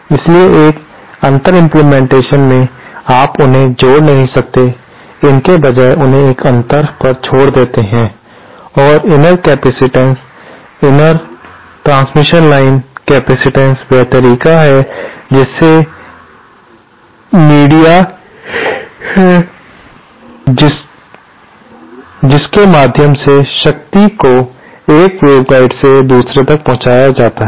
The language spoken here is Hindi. इसलिए एक अंतर इम्प्लीमेंटेशन में आप उन्हें जोड़ नहीं सकते हैं इसके बजाय उन्हें एक अंतर पर छोड़ देते हैं और इनर कैपेसिटेंस इनर हस्तांतरण लाइन कैपेसिटेंस वह तरीका है जिससे मीडिया है जिसके माध्यम से शक्ति को एक वेवगाइड से दूसरे तक पहुंचाया जाता है